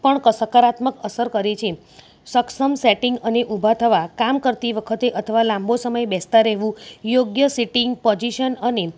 પણ સકારાત્મક અસર કરે છે સક્ષમ સેટિંગ અને ઊભા થવા કામ કરતી વખતે અથવા લાંબો સમય બેસતા રેહવું યોગ્ય સીટિંગ પોજીશન અને